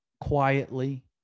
quietly